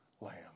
lamb